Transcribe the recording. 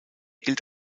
gilt